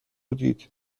دید